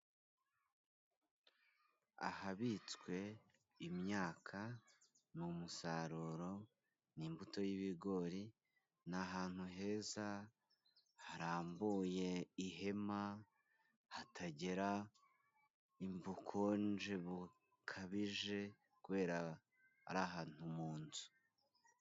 Ahabitswe imyaka ni umusaruro ni imbuto y'ibigori, ni ahantu heza harambuye ihema hatagera ubukonje bukabije kubera ari ahantu mu nzu.